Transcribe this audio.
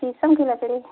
शीशम की लकड़ी